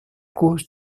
cause